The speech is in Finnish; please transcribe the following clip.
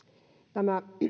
tämä että